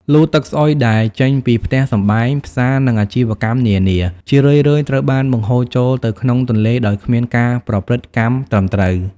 លូទឹកស្អុយដែលចេញពីផ្ទះសម្បែង ផ្សារ និងអាជីវកម្មនានា ជារឿយៗត្រូវបានបង្ហូរចូលទៅក្នុងទន្លេដោយគ្មានការប្រព្រឹត្តកម្មត្រឹមត្រូវ។